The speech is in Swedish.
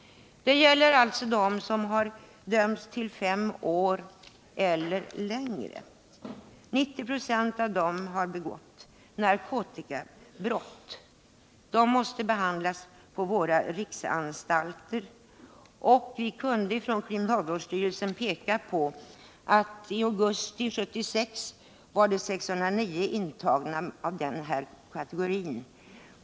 Det gäller alltså dem som har dömts till fem år eller längre tid. 90 96 av dem har begått narkotikabrott. De måste behandlas på våra riksanstalter. Vi kunde från kriminalvårdsstyrelsen peka på att det i augusti 1976 var 609 intagna av denna kategori.